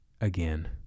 again